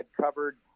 covered